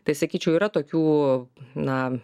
tai sakyčiau yra tokių na